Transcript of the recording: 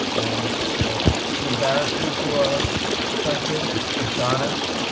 and it's an embarrassment to our country. it's dishonest.